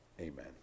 amen